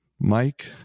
Mike